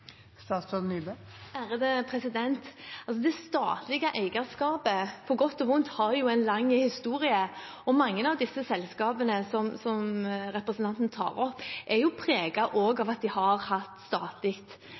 Det statlige eierskapet, på godt og vondt, har jo en lang historie, og mange av de selskapene som representanten tar opp, er